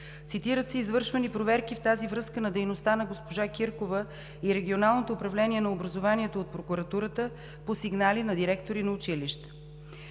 Цитират се извършвани проверки в тази връзка на дейността на госпожа Киркова и Регионалното управление на образованието от Прокуратурата по сигнали на директори на училища.